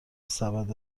سبد